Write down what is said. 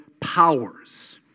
powers